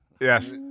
Yes